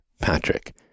patrick